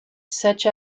such